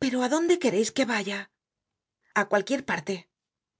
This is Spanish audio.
pero á dónde quereis que vaya a cualquier parte